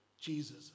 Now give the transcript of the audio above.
Jesus